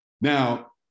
Now